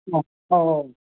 मा औ औ